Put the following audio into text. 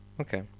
Okay